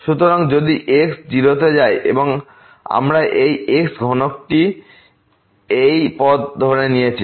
সুতরাং যদি x 0 তে যায় এবং আমরা এই x ঘনকটি এই পথ ধরে নিয়েছি